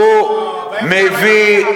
שמביא,